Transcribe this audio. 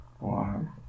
Wow